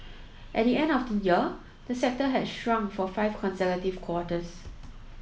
at the end of the year the sector had shrunk for five consecutive quarters